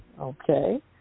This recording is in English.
Okay